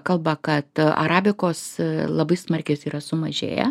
kalba kad arabikos labai smarkiais yra sumažėję